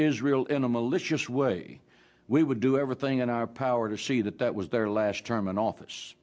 israel in a malicious way we would do everything in our power to see that that was their last term in office